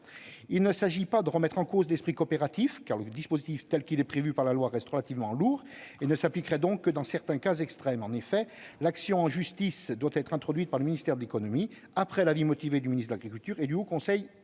Il ne s'agit pas de remettre en cause l'esprit coopératif, car le dispositif, tel qu'il est prévu dans la loi, reste relativement lourd et ne s'appliquerait donc que dans certains cas extrêmes. En effet, l'action en justice doit être introduite par le ministre de l'économie, après l'avis motivé du ministre de l'agriculture et du Haut Conseil